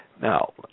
Now